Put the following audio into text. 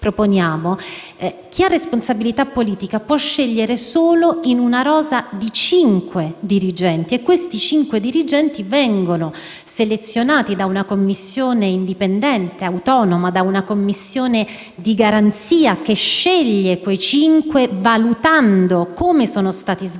chi ha responsabilità politica potrà scegliere solo in una rosa di cinque dirigenti, che vengono selezionati da una commissione indipendente, autonoma, di garanzia, che sceglie quei cinque, valutando come sono stati svolti